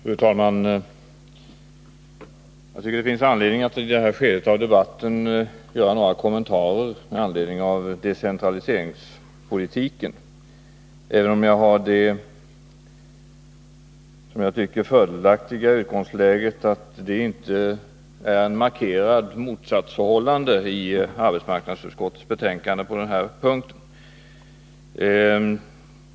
Fru talman! Jag tycker det finns anledning att i det här skedet av debatten göra några kommentarer med anledning av decentraliseringspolitiken. Jag har det, som jag tycker fördelaktiga, utgångsläget att det inte finns några markerade motsatsförhållanden i arbetsmarknadsutskottets betänkande på den här punkten.